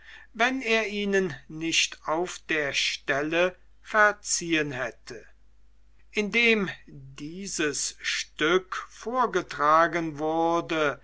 wenn er ihnen nicht auf der stelle verziehen hätte indem dieses stück vorgetragen wurde